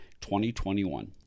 2021